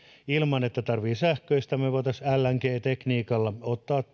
ilman että tarvitsee sähköistää me voisimme lng tekniikalla ottaa